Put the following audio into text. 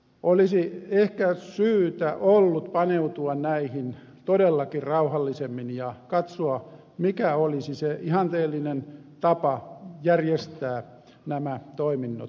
olisi ehkä syytä ollut paneutua näihin todellakin rauhallisemmin ja katsoa mikä olisi se ihanteellinen tapa järjestää nämä toiminnot